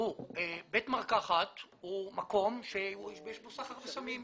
בית מרקחת הוא מקום שיש בו סחר בסמים.